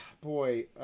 boy